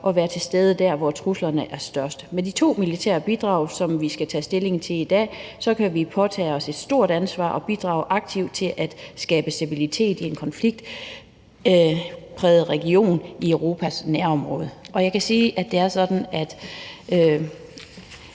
og være til stede der, hvor truslerne er størst. Med de to militære bidrag, som vi skal tage stilling til i dag, kan vi påtage os et stort ansvar og bidrage aktivt til at skabe stabilitet i en konfliktpræget region i Europas nærområder. Jeg kan sige, at det er sådan, at